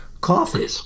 coffee